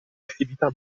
attività